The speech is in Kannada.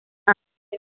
ಹಾಂ